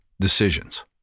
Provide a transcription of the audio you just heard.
decisions